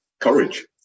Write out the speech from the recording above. courage